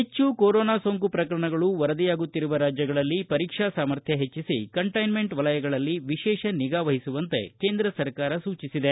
ಹೆಚ್ಚು ಕೊರೊನಾ ಸೋಂಕು ಪ್ರಕರಣಗಳು ವರದಿಯಾಗುತ್ತಿರುವ ರಾಜ್ಯಗಳಲ್ಲಿ ಪರೀಕ್ಷಾ ಸಾಮರ್ಥ್ಯ ಹೆಚ್ಚಿಸಿ ಕಂಟ್ಟೆನಮೆಂಟ್ ವಲಯಗಳಲ್ಲಿ ವಿಶೇಷ ನಿಗಾವಹಿಸುವಂತೆ ಕೇಂದ್ರ ಸರ್ಕಾರ ಸೂಚಿಸಿದೆ